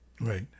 right